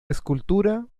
escultura